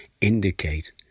indicate